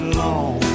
long